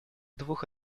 двух